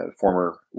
former